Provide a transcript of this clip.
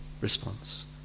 response